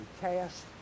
cast